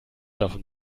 davon